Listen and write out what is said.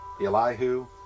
Elihu